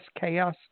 Chaos